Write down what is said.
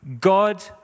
God